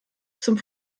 zum